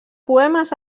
poemes